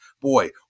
Boy